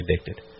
addicted